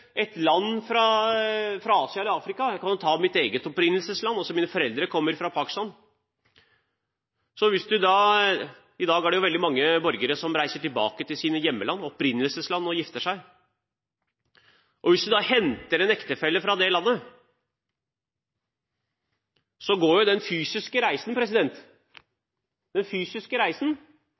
land i Asia eller i Afrika – jeg kan jo nevne mitt eget opprinnelsesland: Mine foreldre kommer fra Pakistan. I dag er det veldig mange borgere som reiser tilbake til sitt hjemland, sitt opprinnelsesland, og gifter seg. Hvis man henter en ektefelle fra det landet, tar den fysiske reisen